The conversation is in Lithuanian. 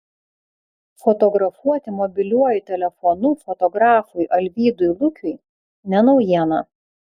fotografuoti mobiliuoju telefonu fotografui alvydui lukiui ne naujiena